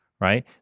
right